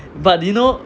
but you know